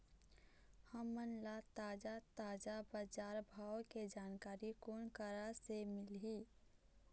हमन ला ताजा ताजा बजार भाव के जानकारी कोन करा से मिलही?